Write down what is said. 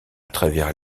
travers